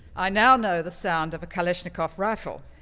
i now know the sound of a kalashnikov rifle,